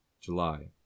july